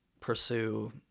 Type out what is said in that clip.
pursue